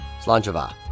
Slanjava